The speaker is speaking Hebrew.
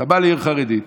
אתה בא לעיר חרדית,